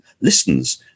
listens